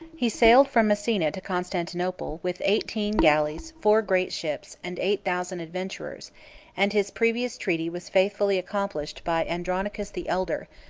he sailed from messina to constantinople, with eighteen galleys, four great ships, and eight thousand adventurers and his previous treaty was faithfully accomplished by andronicus the elder,